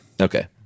Okay